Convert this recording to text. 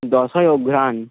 দশই অঘ্রান